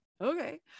Okay